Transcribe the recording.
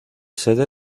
sede